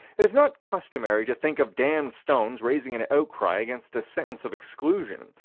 it is not customary to think of damned stones raising an outcry against a sentence of exclusion,